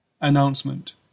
Announcement